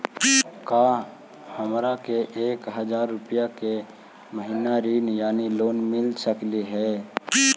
का हमरा के एक हजार रुपया के मासिक ऋण यानी लोन मिल सकली हे?